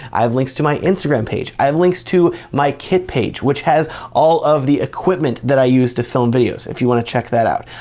i have links to my instagram page. i have links to my kit page, which has all of the equipment that i use to film videos if you wanna check that out.